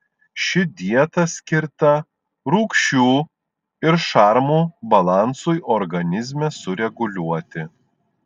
ši dieta skirta rūgščių ir šarmų balansui organizme sureguliuoti